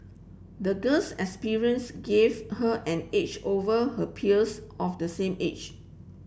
the girl's experience gave her an edge over her peers of the same age